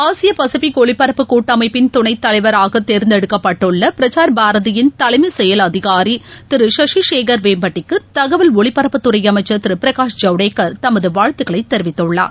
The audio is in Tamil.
ஆசிய பசிபிக் ஒலிபரப்பு கூட்டமைப்பின் துணைத் தலைவராகத் தேர்ந்தெடுக்கப்பட்டுள்ளபிரசார் பாரதியின் தலைமைச் செயல் அதிகாரிதிருசஷிஷேகர் வேம்பட்டிக்குதகவல் ஒலிபரப்புத்துறைஅமைச்சர் திருபிரகாஷ் ஜவடேகர் தமதுவாழ்த்துக்களைதெரிவித்துள்ளார்